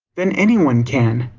then anyone can.